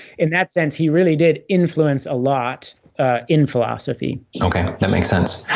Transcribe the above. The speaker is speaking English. in that sense he really did influence a lot in philosophy okay that makes sense.